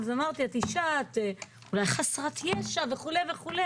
את אולי חסרת ישע וכו',